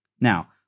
Now